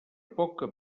poca